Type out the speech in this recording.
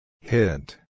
Hint